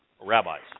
rabbis